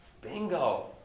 bingo